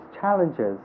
challenges